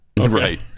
Right